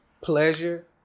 pleasure